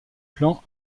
plan